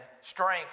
strength